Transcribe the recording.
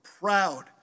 proud